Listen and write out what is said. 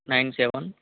nine seven